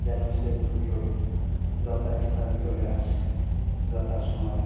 যেন সে দ্রুত যতা এস্থানে চলে আসে যথা সময়ে